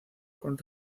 con